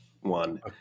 one